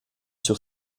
sur